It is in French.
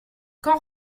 quand